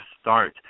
start